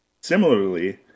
Similarly